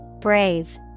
Brave